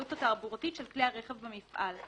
רשמית לבעל המפעל,